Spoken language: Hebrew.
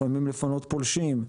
לפעמים לפנות פולשים.